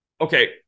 Okay